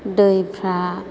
दैफोरा